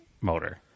motor